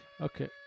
Okay